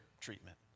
treatment